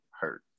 hurt